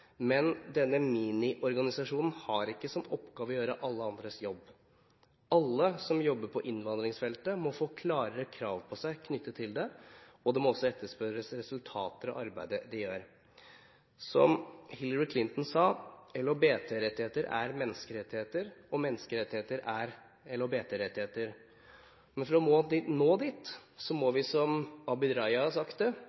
men denne miniorganisasjonen har ikke som oppgave å gjøre alle andres jobb. Alle som jobber på innvandringsfeltet, må få klarere krav på seg knyttet til dette, og det må også etterspørres resultater av arbeidet de gjør. Som Hillary Clinton sa: LHBT-rettigheter er menneskerettigheter, og menneskerettigheter er LHBT-rettigheter. For å nå dit må vi som Abid Raja har sagt, ta et